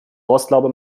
rostlaube